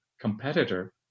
competitor